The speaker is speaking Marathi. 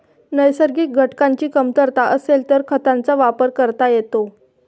नैसर्गिक घटकांची कमतरता असेल तर खतांचा वापर करता येतो